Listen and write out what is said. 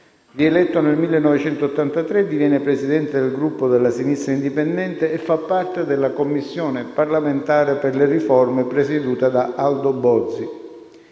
Rieletto nel 1983, diviene presidente del Gruppo della Sinistra indipendente e fa parte della Commissione parlamentare per le riforme presieduta da Aldo Bozzi.